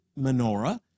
menorah